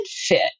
fit